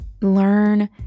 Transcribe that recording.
learn